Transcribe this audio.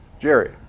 Jerry